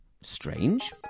Strange